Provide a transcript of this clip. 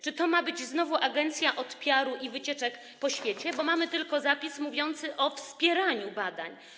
Czy to ma być znowu agencja od PR i wycieczek po świecie, bo mamy tylko zapis mówiący o wspieraniu badań?